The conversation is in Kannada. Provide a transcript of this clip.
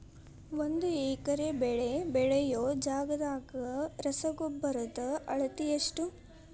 ಒಂದ್ ಎಕರೆ ಬೆಳೆ ಬೆಳಿಯೋ ಜಗದಾಗ ರಸಗೊಬ್ಬರದ ಅಳತಿ ಎಷ್ಟು?